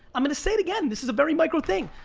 i'm gonna say it again, this is a very micro thing.